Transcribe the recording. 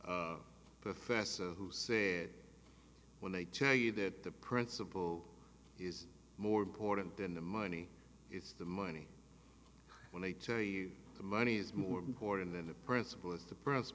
a professor who said when they tell you that the principle is more important than the money it's the money when they tell you the money is more important than the principle it's the pre